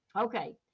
Okay